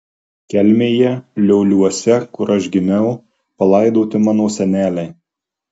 kelmėje lioliuose kur aš gimiau palaidoti mano seneliai